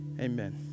Amen